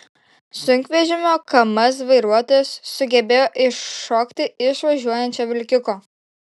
sunkvežimio kamaz vairuotojas sugebėjo iššokti iš važiuojančio vilkiko